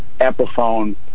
epiphone